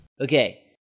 Okay